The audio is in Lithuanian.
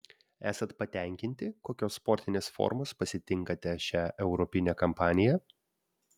esat patenkinti kokios sportinės formos pasitinkate šią europinę kampaniją